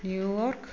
New York